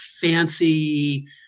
fancy